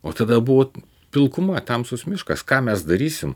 o tada buvo pilkuma tamsus miškas ką mes darysim